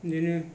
बिदिनो